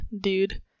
dude